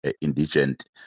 indigent